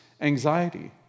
anxiety